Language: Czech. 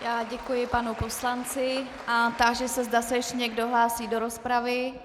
Já děkuji panu poslanci a táži se, zda se ještě někdo hlásí do rozpravy.